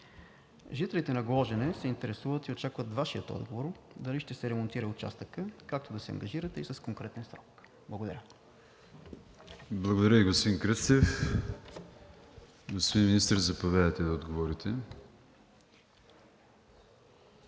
жителите на Гложене се интересуват и очакват Вашия отговор дали ще се ремонтира участъкът, както да се ангажирате и с конкретен срок. Благодаря. ПРЕДСЕДАТЕЛ АТАНАС АТАНАСОВ: Благодаря Ви, господин Кръстев. Господин Министър, заповядайте да отговорите.